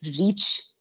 reach